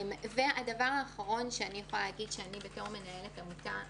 הדבר האחרון בתור מנהלת עמותה,